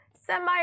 semi